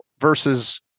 versus